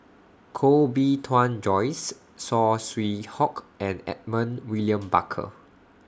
Koh Bee Tuan Joyce Saw Swee Hock and Edmund William Barker